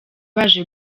baje